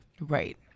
right